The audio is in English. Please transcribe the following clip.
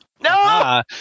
No